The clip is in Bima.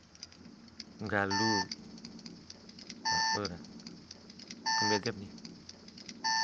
Nggalu waura, kombi edepani.